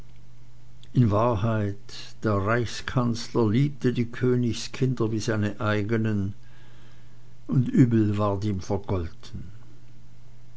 in wahrheit der reichskanzler liebte die königskinder wie seine eigenen und übel ward ihm vergolten